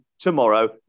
Tomorrow